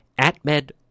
AtMed